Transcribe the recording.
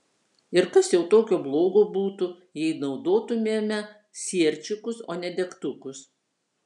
ir kas jau tokio blogo būtų jei naudotumėme sierčikus o ne degtukus